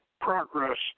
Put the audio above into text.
progress